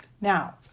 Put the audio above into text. Now